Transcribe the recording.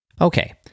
Okay